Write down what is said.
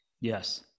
Yes